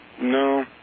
No